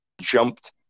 jumped